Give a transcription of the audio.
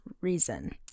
reason